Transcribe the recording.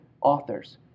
authors